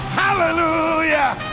hallelujah